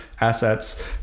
assets